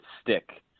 stick